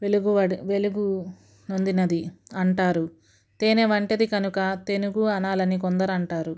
వెలుగువడి వెలుగునొందినది అంటారు తేనె వంటిది కనుక తెనుగు అనాలని కొందరు అంటారు